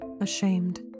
ashamed